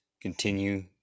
Continue